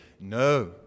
No